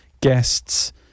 guests